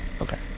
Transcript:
Okay